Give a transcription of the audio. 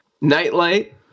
Nightlight